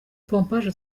pompaje